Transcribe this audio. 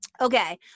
okay